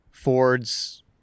Fords